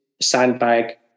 Sandbag